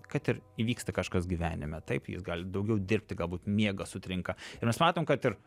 kad ir įvyksta kažkas gyvenime taip jis gali daugiau dirbti galbūt miegas sutrinka ir mes matom kad ir